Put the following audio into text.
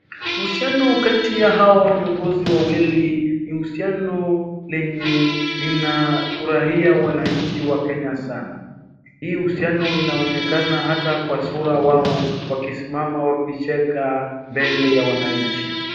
Uhusiano kati ya hawa viongozi wawili ni uhusiano lenye lina furahia wananchi wa Kenya sana. Hii uhusiano inaonekana hata kwa sura wao wakisimama wakicheka mbele ya wananchi.